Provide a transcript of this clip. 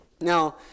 Now